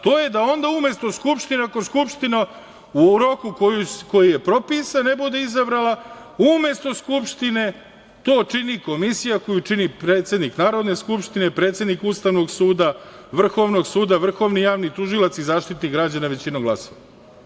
To je da onda da umesto Skupštine, ako u Skupština u roku koji je propisan ne bude izabrala, umesto Skupštine to čini komisija koju čini predsednik Narodne skupštine, predsednik Ustavnog suda, Vrhovnog suda, vrhovni javni tužilac i Zaštitnik građana većinom glasova.